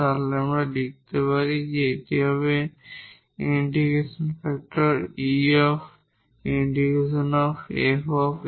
তাহলে আমরা লিখতে পারি যে এটি হবে ইন্টিগ্রেটিং ফ্যাক্টর e ∫ 𝑓 𝑥